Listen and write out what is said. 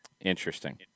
Interesting